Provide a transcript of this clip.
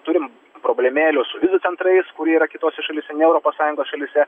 turim problemėlių su vizų centrais kurie yra kitose šalyse ne europos sąjungos šalyse